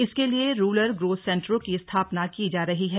इसके लिये rural growth सेंटरों की स्थापना की जा रही है